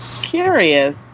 Curious